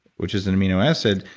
which is an amino acid,